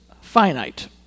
finite